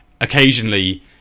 occasionally